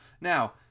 Now